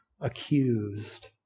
accused